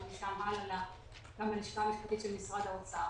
ומשם הלאה גם ללשכה המשפטית של משרד האוצר.